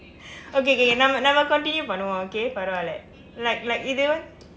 okay okay நம்ம நம்ம:namma namma continue பண்ணுவோம்:pannuvoom okay பரவாயில்லை:paravaayillai like like இது:ithu